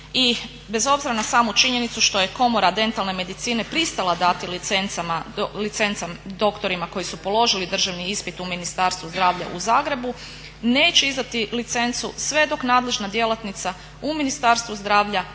bez obzira na samu činjenicu što je komora dentalne medicine pristala dati licence doktorima koji su položili državni ispit u Ministarstvu zdravlja u Zagrebu neće izdati licencu sve dok nadležna djelatnica u Ministarstvu zdravlja ne